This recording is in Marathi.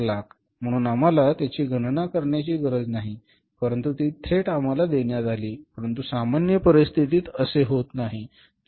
100000 म्हणून आम्हाला त्याची गणना करण्याची गरज नाही परंतु ती थेट आम्हाला देण्यात आली परंतु सामान्य परिस्थितीत असे होत नाही